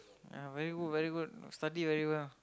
yeah very good very good study very well